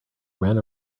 ran